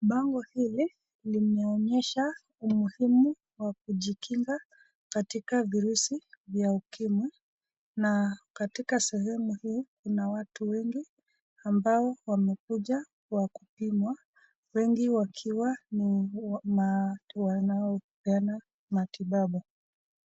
Bango hili linaonyesha umuhimu wa kujikinga katika viruzi vya ukimwi na katika sehemu hii kuna watu wengi ambao wamekuja kwa kupimwa wengi wakiwa ni watu wanaopeana matibabu.